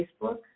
Facebook